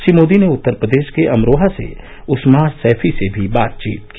श्री मोदी ने उत्तर प्रदेश के अमरोहा से उस्मार सैफी से भी बातचीत की